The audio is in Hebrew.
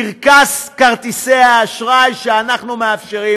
קרקס כרטיסי האשראי שאנחנו מאפשרים.